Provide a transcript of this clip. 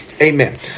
Amen